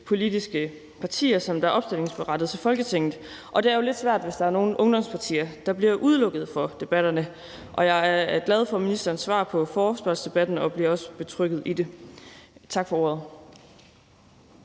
politiske partier, der er opstillingsberettiget til Folketinget. Og det er jo lidt svært, hvis der er nogle ungdomspartier, der bliver udelukket fra debatterne. Jeg er glad for ministerens svar på forespørgselsdebatten og bliver også betrygget i det. Tak for ordet.